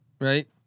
right